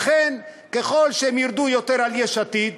לכן, ככל שהם ירדו יותר על יש עתיד,